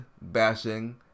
bashing